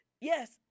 yes